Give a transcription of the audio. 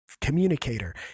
communicator